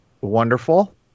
wonderful